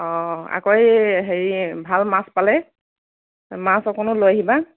আকৌ এই হেৰি ভাল মাছ পালে মাছ অকণো লৈ আহিবা